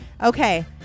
Okay